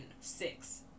six